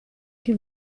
che